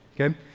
Okay